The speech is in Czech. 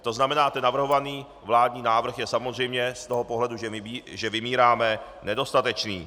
To znamená, navrhovaný vládní návrh je samozřejmě z toho pohledu, že vymíráme, nedostatečný.